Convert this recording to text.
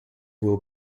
will